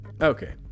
Okay